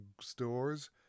stores